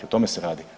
O tome se radi.